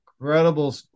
incredible